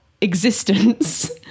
existence